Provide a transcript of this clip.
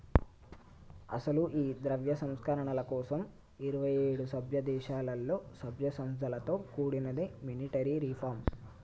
అసలు ఈ ద్రవ్య సంస్కరణల కోసం ఇరువైఏడు సభ్య దేశాలలో సభ్య సంస్థలతో కూడినదే మానిటరీ రిఫార్మ్